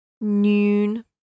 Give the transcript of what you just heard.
Noon